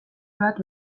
bat